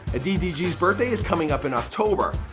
ah ddg's birthday is coming up in october.